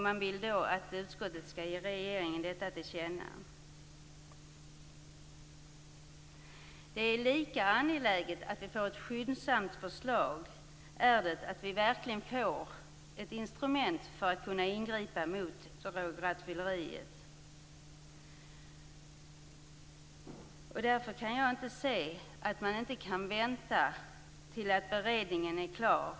De vill att utskottet skall ge regeringen detta till känna. Det är lika angeläget att vi får ett skyndsamt förslag som att vi verkligen får ett instrument för att kunna ingripa mot drograttfylleriet. Därför kan jag inte se att man inte kan vänta till dess att beredningen är klar.